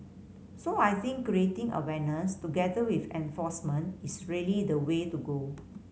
so I think creating awareness together with enforcement is really the way to go